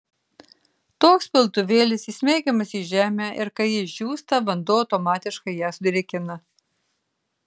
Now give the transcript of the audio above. toks piltuvėlis įsmeigiamas į žemę ir kai ji išdžiūsta vanduo automatiškai ją sudrėkina